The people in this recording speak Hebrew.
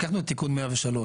לקחנו את תיקון 103,